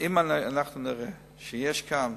אם אנחנו נראה שיש כאן